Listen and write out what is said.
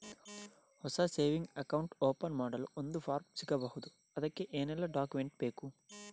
ಹೊಸ saving account open ಮಾಡಲು ಒಂದು ಫಾರ್ಮ್ ಸಿಗಬಹುದು? ಅದಕ್ಕೆ ಏನೆಲ್ಲಾ ಡಾಕ್ಯುಮೆಂಟ್ಸ್ ಬೇಕು?